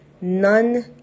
None